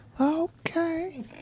Okay